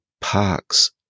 park's